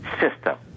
system